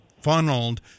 funneled